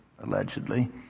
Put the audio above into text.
allegedly